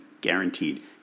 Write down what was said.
guaranteed